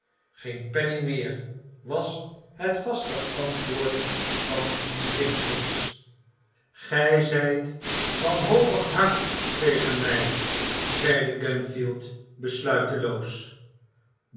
geen penning meer was het vaste antwoord van limbkins gij zijt wanhopig hard tegen mij zeide gamfield besluiteloos